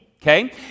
Okay